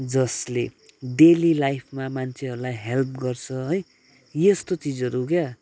जसले डेली लाइफमा मान्छेहरूलाई हेल्प गर्छ है यस्तो चिजहरू क्या